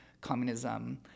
communism